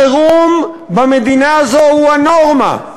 החירום במדינה הזו הוא הנורמה.